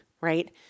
right